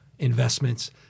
investments